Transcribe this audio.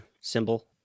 symbol